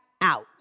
out